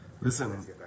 Listen